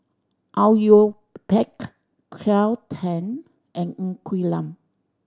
Au Yue Pak Claire Tham and Ng Quee Lam